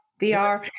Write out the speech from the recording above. VR